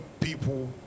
people